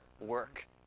work